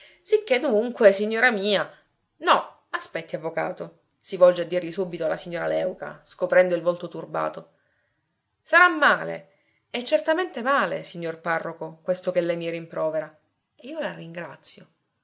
sicché dunque signora mia no aspetti avvocato si volge a dirgli subito la signora léuca scoprendo il volto turbato sarà male è certamente male signor parroco questo che lei mi rimprovera e io la ringrazio